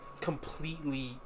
completely